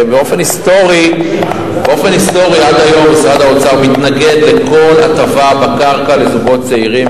ובאופן היסטורי עד היום משרד האוצר מתנגד לכל הטבה בקרקע לזוגות צעירים,